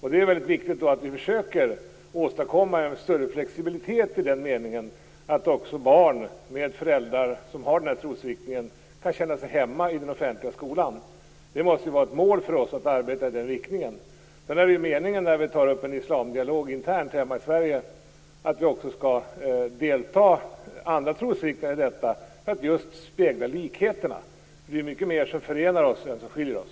Då är det väldigt viktigt att vi försöker åstadkomma en större flexibilitet i den meningen att också barn med föräldrar som har den här trosriktningen kan känna sig hemma i den offentliga skolan. Det måste ju vara ett mål för oss att arbeta i den riktningen. Sedan är det ju meningen när vi tar upp en islamdialog internt hemma i Sverige att det också skall delta andra trosriktningar i detta för att just spegla likheterna. Det är ju mycket mer som förenar oss än som skiljer oss.